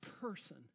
person